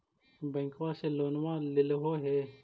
बैंकवा से लोनवा लेलहो हे?